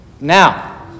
Now